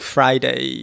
Friday